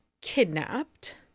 kidnapped